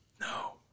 No